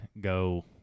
go